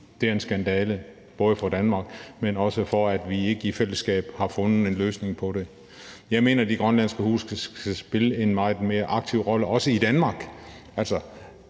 Det er en skandale for Danmark, og det er en skandale, at vi ikke i fællesskab har fundet en løsning på det. Jeg mener, at de grønlandske huse skal spille en meget mere aktiv rolle, også i Danmark.